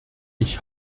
ich